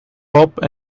hop